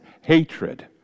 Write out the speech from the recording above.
hatred